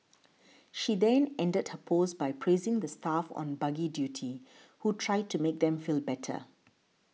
she then ended her post by praising the staff on buggy duty who tried to make them feel better